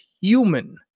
Human